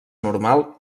normal